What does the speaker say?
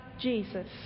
jesus